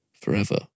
forever